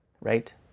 Right